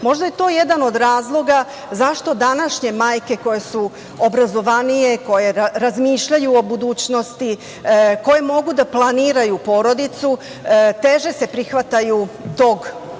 Možda je to jedna od razloga zašto današnje majke koje su obrazovanije, koje razmišljaju o budućnosti, koje mogu da planiraju porodicu, teže se prihvataju tog